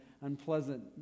unpleasant